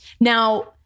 Now